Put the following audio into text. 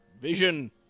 Vision